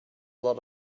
lot